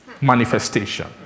manifestation